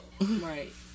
Right